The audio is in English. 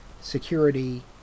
security